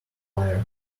liar